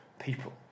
people